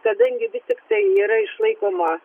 kadangi vis tiktai yra išlaikoma